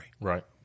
Right